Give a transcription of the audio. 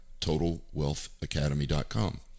totalwealthacademy.com